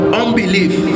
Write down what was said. unbelief